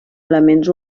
elements